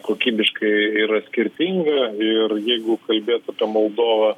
kokybiškai yra skirtinga ir jeigu kalbėt apie moldovą